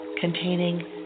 containing